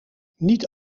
niet